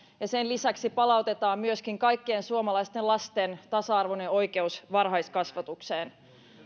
ja sen lisäksi palautetaan myöskin kaikkien suomalaisten lasten tasa arvoinen oikeus varhaiskasvatukseen